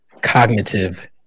cognitive